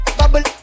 bubble